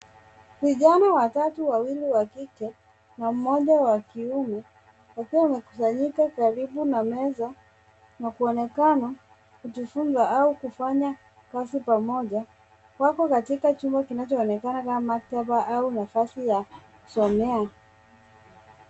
Vijana watatu, wawili wa kike na mmoja wa kiume, wakiwa wamekusanyika karibu na meza na kuonekana kujifunza au kufanya kazi pamoja. Wako katika chumba kinachoonekana kama maktaba au nafasi ya kusomea.